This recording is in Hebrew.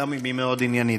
גם אם היא מאוד עניינית.